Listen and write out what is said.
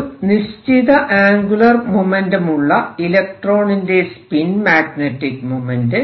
ഒരു നിശ്ചിത ആംഗുലർ മൊമെന്റ്റമുള്ള ഇലക്ട്രോണിന്റെ സ്പിൻ മാഗ്നെറ്റിക് മൊമെന്റ്